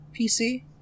PC